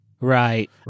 Right